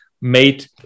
made